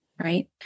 right